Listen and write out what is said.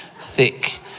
thick